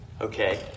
Okay